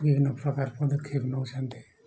ବିଭିନ୍ନ ପ୍ରକାର ପଦକ୍ଷେପ ନେଉଛନ୍ତି